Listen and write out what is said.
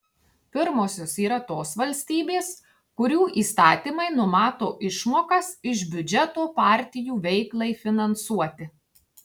pirmosios yra tos valstybės kurių įstatymai numato išmokas iš biudžeto partijų veiklai finansuoti